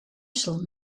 shall